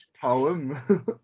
poem